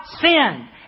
sin